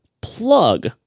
plug